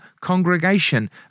congregation